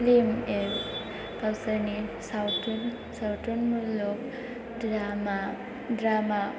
film गावसोरनि सावथुन सावथुन मुलुग ड्रामा